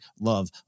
love